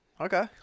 Okay